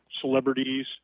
celebrities